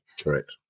Correct